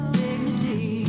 dignity